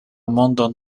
mondon